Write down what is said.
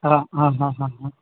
હા હા હા હા હા